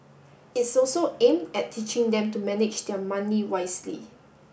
it's also aimed at teaching them to manage their money wisely